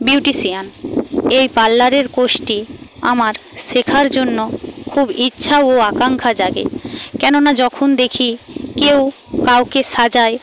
beautician এই পার্লারের কোর্সটি আমার শেখার জন্য খুব ইচ্ছা ও আকাঙ্ক্ষা জাগে কেননা যখন দেখি কেউ কাউকে সাজায়